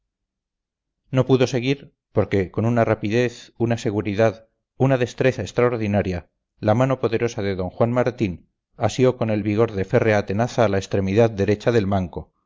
no pudo seguir porque con una rapidez una seguridad una destreza extraordinaria la mano poderosa de d juan martín asió con el vigor de férrea tenaza la extremidad derecha del manco